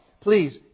Please